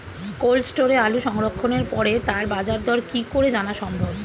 Cold স্টোরে আলু সংরক্ষণের পরে তার বাজারদর কি করে জানা সম্ভব?